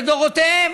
לדורותיהם,